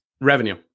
revenue